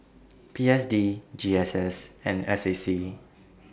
P S D G S S and S A C